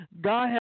God